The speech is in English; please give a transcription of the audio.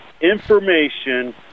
information